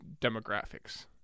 demographics